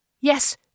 yes